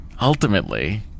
ultimately